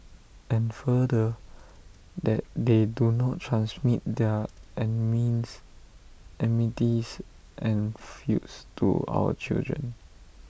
and further that they do not transmit their enmities and feuds to our children